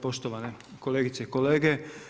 Poštovane kolegice i kolege.